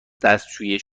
دستشویی